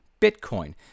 Bitcoin